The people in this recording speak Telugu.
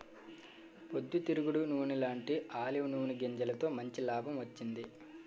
పొద్దు తిరుగుడు నూనెలాంటీ ఆలివ్ నూనె గింజలతో మంచి లాభం వచ్చింది